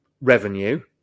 revenue